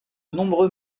nombreux